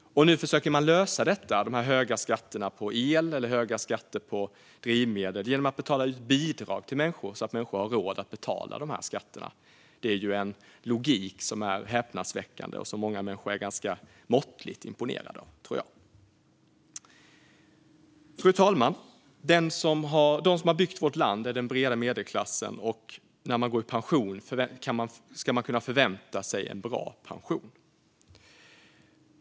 Nu försöker man lösa problemet med de höga skatterna på el och på drivmedel genom att betala ut bidrag till människor så att de har råd att betala de skatterna. Det är en häpnadsväckande logik som jag tror att många människor är ganska måttligt imponerade av. Fru talman! De som har byggt vårt land är den breda medelklassen. När man går i pension ska man kunna förvänta sig att få en bra pension.